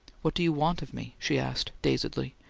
what do you want of me? she asked dazedly.